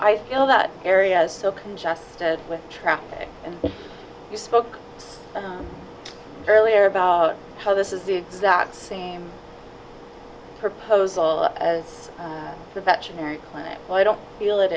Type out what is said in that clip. i feel that area is so congested with traffic and you spoke earlier about how this is the exact same proposal as the veterinary clinic but i don't feel it